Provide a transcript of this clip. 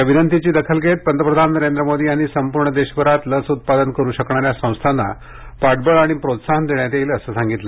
या विनंतीची दखल घेत पंतप्रधान नरेंद्र मोदी यांनी संपूर्ण देशभरात लस उत्पादन करू शकणाऱ्या संस्थांना पाठबळ आणि प्रोत्साहन देण्यात येईल असे सांगितले